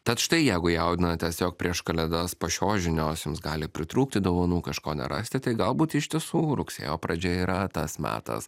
tad štai jeigu jaudinatės jog prieš kalėdas po šios žinios jums gali pritrūkti dovanų kažko nerasti tai galbūt iš tiesų rugsėjo pradžia yra tas metas